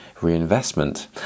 reinvestment